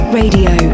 radio